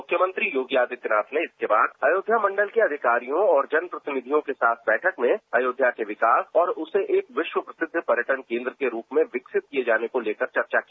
मुख्मयमंत्री योगी आदित्यनाथ ने इसके बाद अयोध्या मंडल के अधिकारियों और जन प्रतिनिधियों के साथ बैठक में अयोध्या के विकास और उसे एक विश्व प्रसिद्ध पर्यटन केन्द्र के रूप में विकसित किये जाने को लेकर चर्चा की